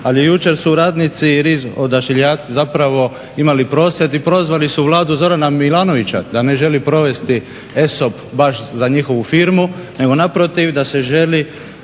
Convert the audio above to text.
ali jučer su radnici RIZ zapravo imali prosvjed i prozvali su Vladu Zorana Milanovića da ne želi provesti ESOP baš za njihovu firmu, nego naprotiv da se želi